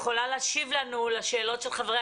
והיא יכולה להשיב לנו לשאלות של חברי